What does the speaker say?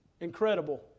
incredible